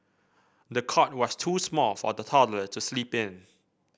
the cot was too small for the toddler to sleep in